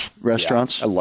restaurants